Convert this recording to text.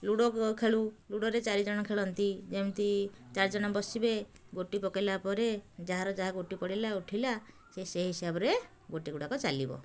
ludo ଖେଳୁ ଲୁଡ଼ୋରେ ଚାରିଜଣ ଖେଳନ୍ତି ଯେମିତି ଚାରିଜଣ ବସିବେ ଗୋଟି ପକେଇଲା ପରେ ଯାହାର ଯାହା ଗୋଟି ପଡ଼ିଲା ଉଠିଲା ସିଏ ସେଇ ହିସାବରେ ଗୋଟିଗୁଡ଼ାକ ଚାଲିବ